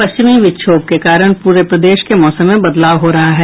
पश्चिमी विक्षोभ के कारण पूरे प्रदेश के मौसम में बदलाव हो रहा है